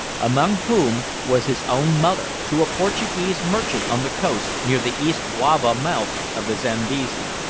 among whom was his own mother, to a portuguese merchant on the coast, near the east luavo mouth of the zambesi.